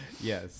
Yes